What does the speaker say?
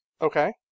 Okay